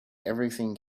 everything